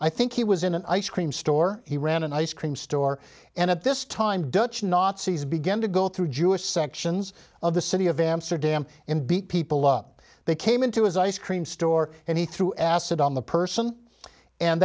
i think he was in an ice cream store he ran an ice cream store and at this time dutch nazis began to go through jewish sections of the city of amsterdam and beat people up they came into his ice cream store and he threw acid on the person and